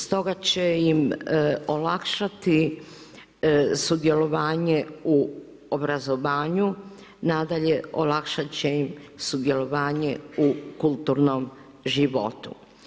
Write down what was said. Stoga će im olakšati sudjelovanje u obrazovanju, nadalje, olakšati će im sudjelovanje u kulturnom životu.